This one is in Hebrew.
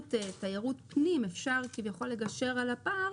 שבאמצעות תיירות פנים אפשר כביכול לגשר על הפער